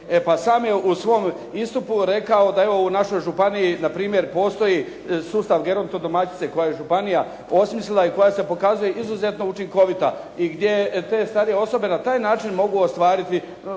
sam je u svom istupu rekao da je u ovoj našoj županiji npr. postoji sustav, vjerojatno domaćice koje je županija osmislila i koja se pokazuje izuzeto učinkovita i gdje te starije osobe na taj način mogu ostvariti